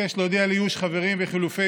אבקש להודיע על איוש חברים וחילופי